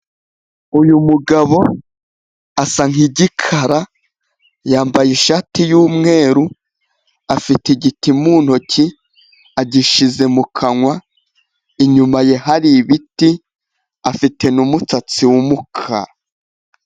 Uyu mugabo asa nk'igikara, yambaye ishati y'umweru, afite igiti mu ntoki, agishyize mu kanwa, inyuma ye hari ibiti, afite n'umutsatsi w'umukara.